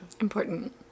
important